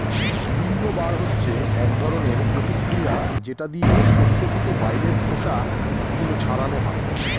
উইন্নবার হচ্ছে এক ধরনের প্রতিক্রিয়া যেটা দিয়ে শস্য থেকে বাইরের খোসা গুলো ছাড়ানো হয়